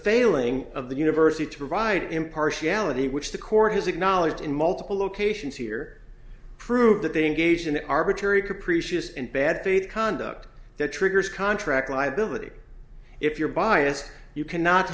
failing of the university to provide impartiality which the court has acknowledged in multiple locations here prove that they engaged in arbitrary capricious and bad faith conduct that triggers contract liability if you're biased you cannot